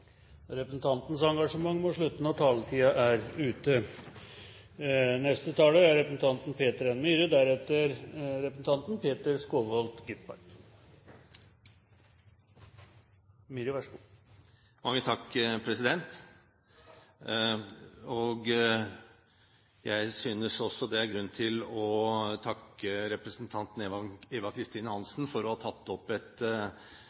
Representantens engasjement må slutte når taletiden er ute. Jeg synes også det er grunn til å takke representanten Eva Kristin Hansen for å ha tatt opp et